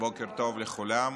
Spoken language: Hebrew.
בוקר טוב לכולם.